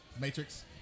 Matrix